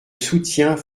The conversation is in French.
soutiens